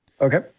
Okay